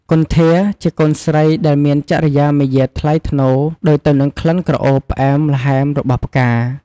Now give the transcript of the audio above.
គន្ធា ជាកូនស្រីដែលមានចរិយាមាយាទថ្លៃថ្នូរដូចទៅនឹងក្លិនក្រអូបផ្អែមល្ហែមរបស់ផ្កា។